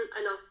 enough